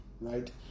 right